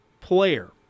player